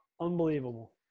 Unbelievable